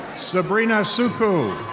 sabrina sukhu.